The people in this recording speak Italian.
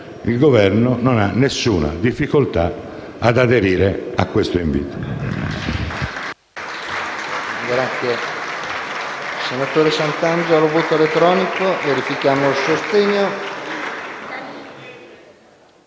il Governo non ha alcuna difficoltà ad aderire a questo invito.